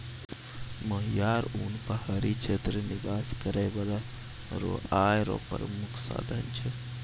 मोहियर उन पहाड़ी क्षेत्र निवास करै बाला रो आय रो प्रामुख साधन छै